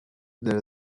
there